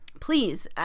please